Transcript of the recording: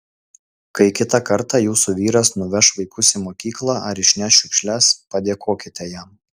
kai kitą kartą jūsų vyras nuveš vaikus į mokyklą ar išneš šiukšles padėkokite jam